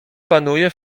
panuje